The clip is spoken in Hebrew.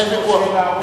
אין ויכוח.